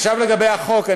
עכשיו לגבי החוק.